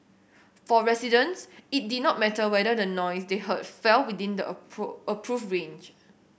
for residents it did not matter whether the noise they heard fell within the approve approved range